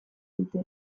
dute